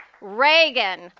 Reagan